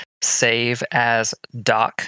SaveAsDoc